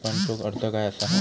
विपणनचो अर्थ काय असा?